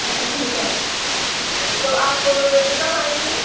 अच्छा ठीक है तो आप कब आएँगे